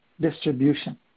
distribution